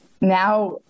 now